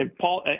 Paul